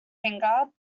finger